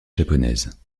japonaise